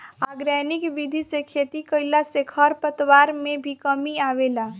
organic विधि से खेती कईला से खरपतवार में भी कमी आवेला